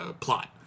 plot